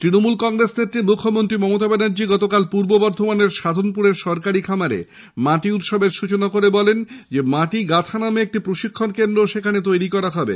তৃণমূল কংগ্রেস নেত্রী মুখ্যমন্ত্রী মমতা ব্যানার্জী গতকাল পূর্ব বর্ধমানের সাধনপুরের সরকারি খামারে মাটি উৎসবের সৃচনা করে বলেন মাটি গাঁথা নামে একটি প্রশিক্ষণ কেন্দ্রও তৈরি করা হবে